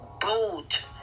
boat